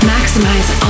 Maximize